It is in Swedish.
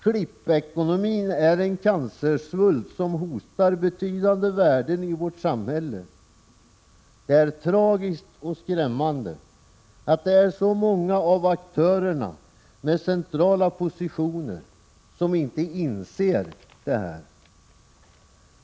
Klippekonomin är en cancersvulst som hotar betydande värden i vårt samhälle. Det är tragiskt och skrämmande att det är så många av aktörerna med centrala positioner som inte inser detta.